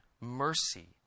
mercy